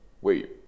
wait